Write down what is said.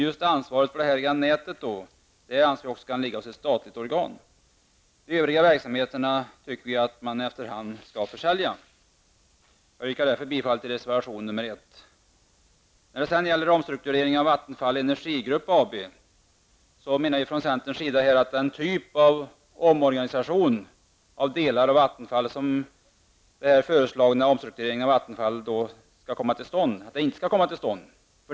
Vi anser att detta ansvar kan ligga hos ett statlig organ. De övriga verksamheterna skall man efter hand försälja. Jag yrkar bifall till reservation 1. När det gäller omstruktureringen av Vattenfall Energiverksgrupp AB, menar vi från centerns sida att den typ av omorganisation av delar av Vattenfall som är föreslagen inte skall komma till stånd.